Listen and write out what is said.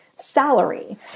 salary